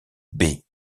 baies